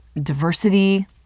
diversity